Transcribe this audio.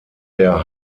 der